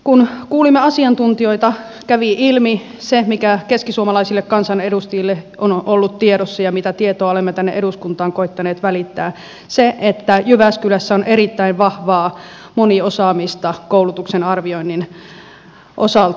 kun kuulimme asiantuntijoita kävi ilmi se mikä keskisuomalaisille kansanedustajille on ollut tiedossa ja mitä tietoa olemme tänne eduskuntaan koettaneet välittää että jyväskylässä on erittäin vahvaa moniosaamista koulutuksen arvioinnin osalta